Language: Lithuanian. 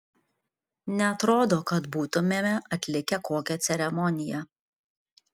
neatrodo kad būtumėme atlikę kokią ceremoniją